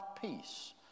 peace